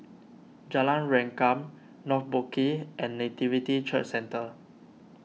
Jalan Rengkam North Boat Quay and Nativity Church Centre